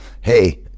Hey